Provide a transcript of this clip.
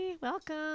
welcome